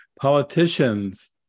politicians